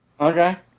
Okay